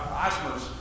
Osmer's